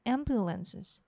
Ambulances